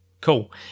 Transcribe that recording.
cool